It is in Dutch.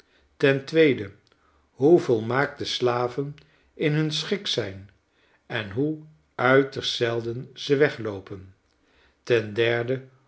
ten tweede hoe volmaakt de slaven in hun schik zijn en hoe uiterst zelden ze wegloopen ten derde